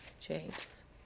James